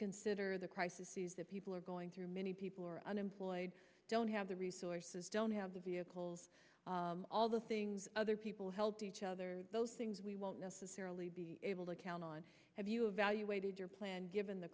consider the crisis that people are going through many people are unemployed don't have the resources don't have the vehicles all the things other people help each other those things we won't necessarily be able to count on have you evaluated your plan given the